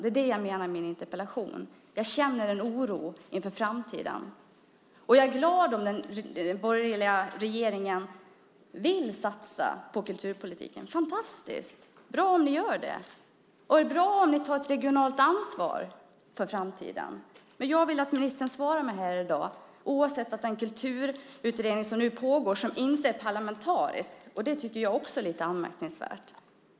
Det är det jag menar i min interpellation. Jag känner en oro inför framtiden. Jag är glad om den borgerliga regeringen vill satsa på kulturpolitiken. Det är fantastiskt bra om ni gör det. Det är bra om ni tar ett regionalt ansvar för framtiden. Jag vill att ministern svarar mig här i dag. Den kulturutredning som nu pågår är inte parlamentarisk, och det tycker jag också är lite anmärkningsvärt.